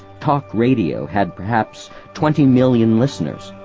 talk radio had perhaps twenty million listeners,